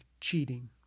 cheating